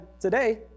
today